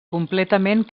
completament